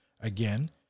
Again